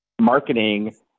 marketing